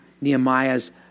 Nehemiah's